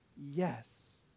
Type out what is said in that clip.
yes